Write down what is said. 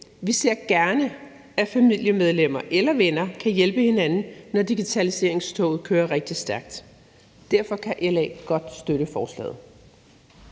Vi ser gerne, at familiemedlemmer eller venner kan hjælpe hinanden, når digitaliseringstoget kører rigtig stærkt. Derfor kan LA godt støtte forslaget.